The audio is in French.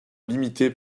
limité